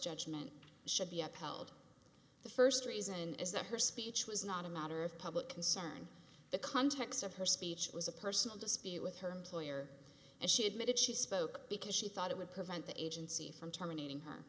judgment should be upheld the first reason is that her speech was not a matter of public concern the context of her speech was a personal dispute with her employer and she admitted she spoke because she thought it would prevent the agency from terminating her